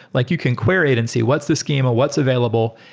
like you can query it and say, what's the schema? what's available?